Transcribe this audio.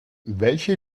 welche